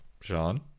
Sean